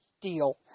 deal